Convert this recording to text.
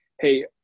Hey